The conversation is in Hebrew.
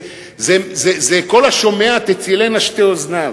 כל השומע תצילנה שתי אוזניו.